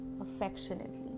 affectionately